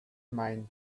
mind